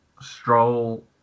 Stroll